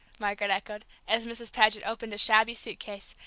margaret echoed, as mrs. paget opened a shabby suitcase,